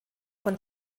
von